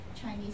Chinese